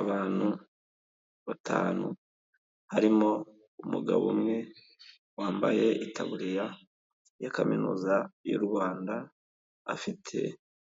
Abantu batanu harimo umugabo umwe wambaye itaburiya ya kaminuza y'u Rwanda, afite